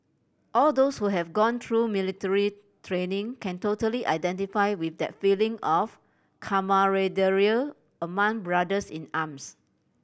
all those who have gone through military training can totally identify with that feeling of camaraderie among brothers in arms